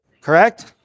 Correct